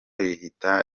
rihita